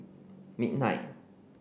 midnight